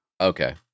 Okay